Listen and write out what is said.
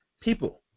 people